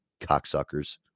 cocksuckers